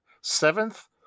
Seventh